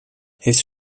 heeft